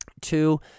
Two